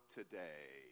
today